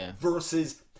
versus